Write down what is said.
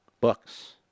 books